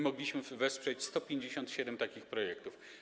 Mogliśmy wesprzeć 157 takich projektów.